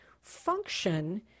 function